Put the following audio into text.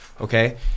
okay